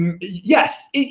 yes